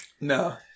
No